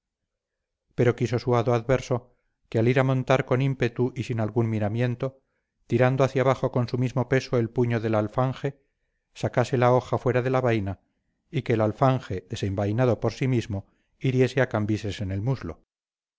pero quiso su hado adverso que al ir a montar con ímpetu y sin algún miramiento tirando hacia abajo con su mismo peso el puño del alfanje sacase la hoja fuera de la vaina y que el alfanje desenvainado por sí mismo hiriese a cambises en el muslo